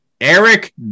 Eric